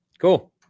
Cool